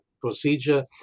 procedure